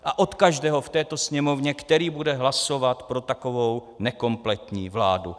A od každého v této Sněmovně, který bude hlasovat pro takovou nekompletní vládu.